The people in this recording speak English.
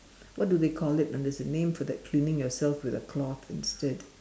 what do they call it ah there's a name for that cleaning yourself with a cloth instead